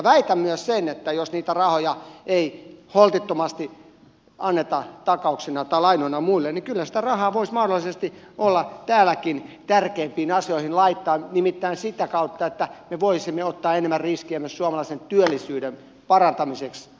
väitän myös että jos niitä rahoja ei holtittomasti anneta lainoina muille kyllä sitä rahaa voisi mahdollisesti olla täälläkin tärkeämpiin asioihin laittaa nimittäin sitä kautta että me voisimme ottaa enemmän riskejä myös suomalaisen työllisyyden parantamiseksi mistä edustaja arhinmäkikin myös mainitsi